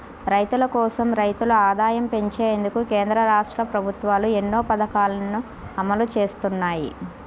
రైతుల కోసం, రైతుల ఆదాయం పెంచేందుకు కేంద్ర, రాష్ట్ర ప్రభుత్వాలు ఎన్నో పథకాలను అమలు చేస్తున్నాయి